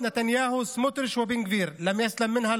נוסף על הקנסות הגבוהים שהממשלה מטילה על